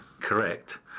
correct